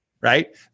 Right